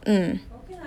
mm